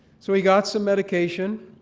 so he got some medication,